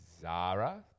Zara